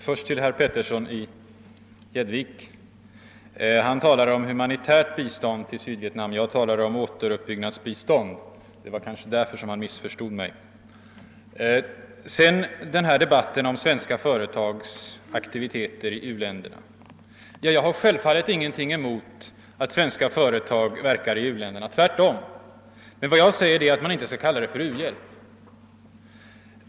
Herr talman! Herr Petersson i Gäddvik talade om humanitärt bistånd till Sydvietnam. Jag talade om återuppbyggnadsbistånd. Det var kanske därför han missförstod mig. Beträffande svenska företags aktiviteter i u-länderna har jag självfallet ingenting emot sådana. Tvärtom, men vad jag säger är att man inte skall kalla det för u-hjälp.